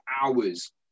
hours